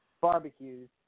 barbecues